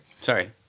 Sorry